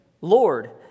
Lord